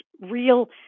real